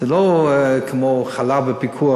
זה לא כמו חלב בפיקוח,